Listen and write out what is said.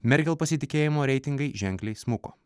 merkel pasitikėjimo reitingai ženkliai smuko